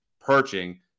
perching